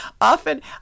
Often